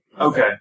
Okay